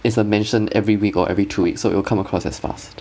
it's err mention every week or every two weeks so it'll come across as fast